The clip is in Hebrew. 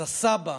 אז הסבא